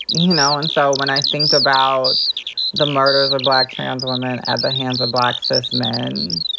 you know, and so when i think about the murders of black trans women at the hands of black cis men,